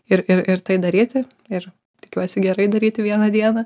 ir ir ir tai daryti ir tikiuosi gerai daryti vieną dieną